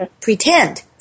pretend